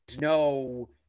no